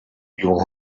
your